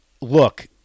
look